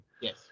Yes